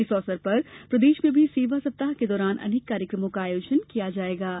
इस अवसर पर प्रदेश में भी सेवा सप्ताह के दौरान अनेक कार्यक्रमों का आयोजन किया जा रहा है